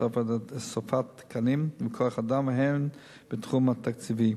הוספת תקנים וכוח-אדם והן בתחום התקציבי.